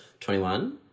21